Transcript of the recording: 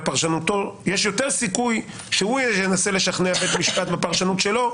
אלא יש יותר סיכוי שבית המשפט ינסה לשכנע בפרשנות שלו.